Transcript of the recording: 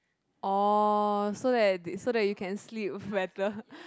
orh so that so that you can sleep better